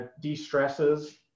de-stresses